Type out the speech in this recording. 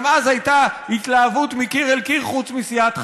גם אז הייתה התלהבות מקיר אל קיר, חוץ מסיעת חד"ש.